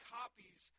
copies